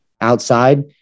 outside